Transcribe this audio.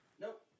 Nope